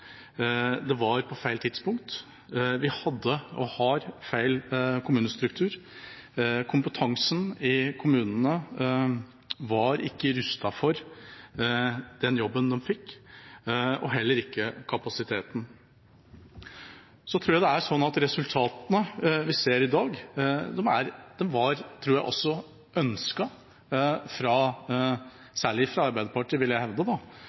det var på feil tidspunkt. Vi hadde – og har – feil kommunestruktur. Kompetansen i kommunene var ikke rustet for den jobben de fikk, og heller ikke kapasiteten. Så tror jeg det er sånn at resultatene vi ser i dag, også var ønsket – særlig fra Arbeiderpartiet, vil jeg hevde